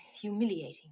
humiliating